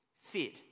fit